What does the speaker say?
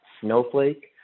Snowflake